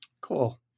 Cool